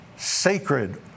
sacred